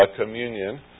Communion